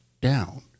down